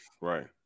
Right